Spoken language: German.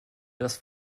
das